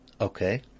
okay